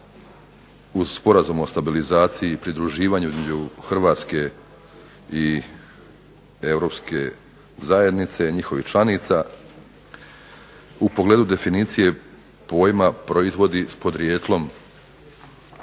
uz Sporazum o stabilizaciji i pridruživanju između Hrvatske i Europske zajednice i njihovih članica u pogledu definicije pojma "Proizvodi s podrijetlom",